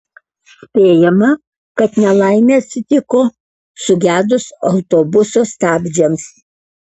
spėjama kad nelaimė atsitiko sugedus autobuso stabdžiams